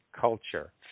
culture